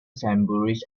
sainsbury